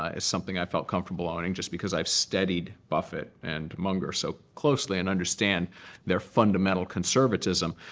ah is something i felt comfortable owning just because i've studied buffett and munger so closely and understand their fundamental conservatism.